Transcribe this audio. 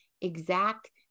exact